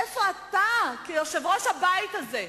איפה אתה, כיושב-ראש הבית הזה,